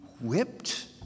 whipped